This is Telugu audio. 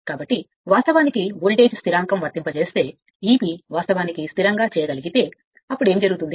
కాబట్టి వాస్తవానికి వోల్టేజ్ స్థిరాంకం వర్తింపజేస్తే Eb వాస్తవానికి స్థిరంగా చేయగలిగితే అప్పుడు ఏమి జరుగుతుంది